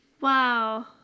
Wow